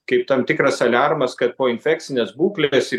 kaip tam tikras aliarmas kad poinfekcinis būklės ir